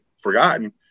forgotten